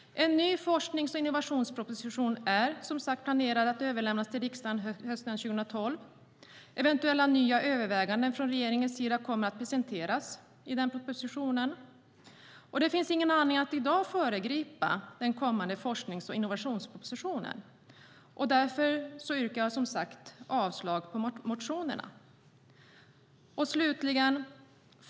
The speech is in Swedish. En ny forsknings och innovationsproposition är, som sagt, planerad att överlämnas till riksdagen hösten 2012. Eventuella nya överväganden från regeringens sida kommer att presenteras i denna proposition. Det finns ingen anledning att i dag föregripa den kommande forsknings och innovationspropositionen. Därför yrkar jag avslag på motionerna.